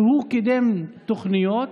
שהוא קידם תוכניות,